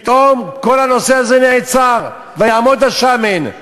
פתאום כל הנושא הזה נעצר, "ויעמד השמן".